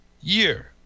year